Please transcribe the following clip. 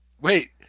Wait